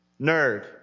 nerd